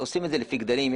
עושים את זה לפי גדלים.